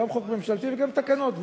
גם בחוק ממשלתי וגם בתקנות.